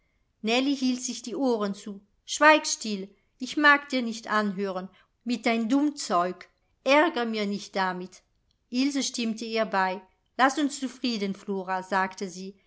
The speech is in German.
hielt sich die ohren zu schweig still ich mag dir nicht anhören mit dein dumm zeug aergere mir nicht damit ilse stimmte ihr bei laß uns zufrieden flora sagte sie